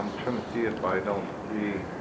i'm trying to see if i don't see